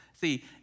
See